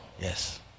yes